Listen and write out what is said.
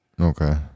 Okay